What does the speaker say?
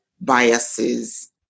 biases